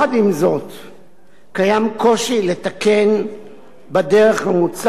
קיים קושי לתקן בדרך המוצעת את חוק הפרשנות.